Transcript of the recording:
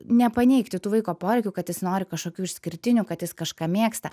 nepaneigti tų vaiko poreikių kad jis nori kažkokių išskirtinių kad jis kažką mėgsta